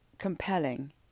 compelling